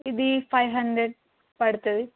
ఇది five hundred పడుతుంది